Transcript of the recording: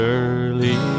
early